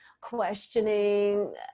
questioning